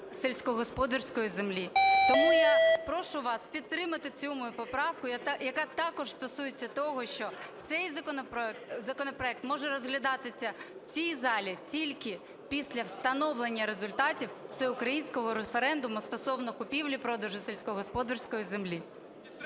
сільськогосподарської землі. Тому я прошу вас підтримати цю мою поправку, яка також стосується того, що цей законопроект може розглядатися в цій залі тільки після встановлення результатів всеукраїнського референдуму стосовно купівлі-продажу сільськогосподарської землі.